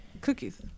cookies